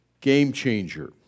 game-changer